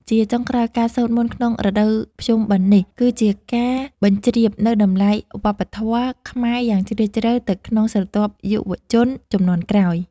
ជាចុងក្រោយ ការសូត្រមន្តក្នុងរដូវភ្ជុំបិណ្ឌនេះ គឺជាការបញ្ជ្រាបនូវតម្លៃវប្បធម៌ខ្មែរយ៉ាងជ្រាលជ្រៅទៅក្នុងស្រទាប់យុវជនជំនាន់ក្រោយ។